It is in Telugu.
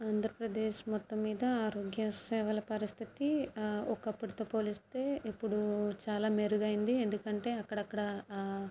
ఆంధ్రప్రదేశ్ మొత్తం మీద ఆరోగ్య సేవల పరిస్థితి ఒకప్పటితో పోలిస్తే ఇప్పుడు చాలా మెరుగైంది ఎందుకంటే అక్కడక్కడ